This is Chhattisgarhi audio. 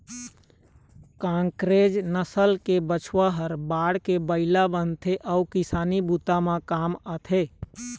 कांकरेज नसल के बछवा ह बाढ़के बइला बनथे अउ किसानी बूता म काम आथे